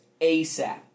ASAP